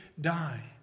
die